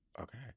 Okay